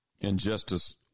Injustice